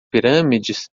pirâmides